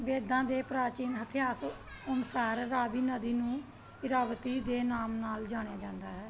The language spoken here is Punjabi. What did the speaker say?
ਵੇਦਾਂ ਦੇ ਪ੍ਰਾਚੀਨ ਇਤਿਹਾਸ ਅਨੁਸਾਰ ਰਾਵੀ ਨਦੀ ਨੂੰ ਇਰਾਵਤੀ ਦੇ ਨਾਮ ਨਾਲ ਜਾਣਿਆ ਜਾਂਦਾ ਹੈ